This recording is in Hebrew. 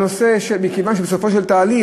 מכיוון שבסופו של תהליך,